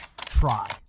try